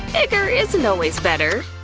bigger isn't always better.